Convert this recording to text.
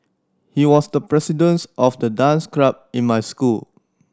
he was the presidents of the dance club in my school